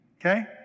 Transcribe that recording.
Okay